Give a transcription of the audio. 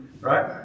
right